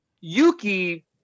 Yuki